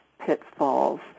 pitfalls